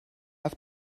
auf